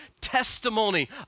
testimony